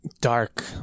dark